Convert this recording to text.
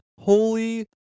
Holy